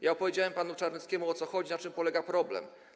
Ja opowiedziałem panu Czarneckiemu, o co chodzi, na czym polega problem.